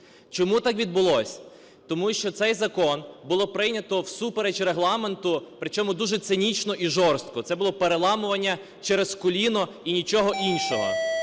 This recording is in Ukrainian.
Чому так відбулося? Тому що цей закон було прийнято всупереч Регламенту, причому дуже цинічно і жорстко, це було переламування через коліно і нічого іншого.